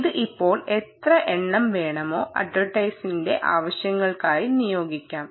ഇത് ഇപ്പോൾ എത്ര എണ്ണം വേണമോ അട്വർടൈംസ്മെന്റെആവശ്യങ്ങൾക്കായി നിയോഗിക്കാം